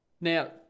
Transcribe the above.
Now